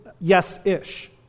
yes-ish